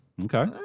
Okay